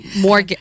more